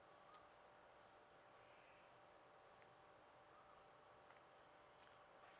uh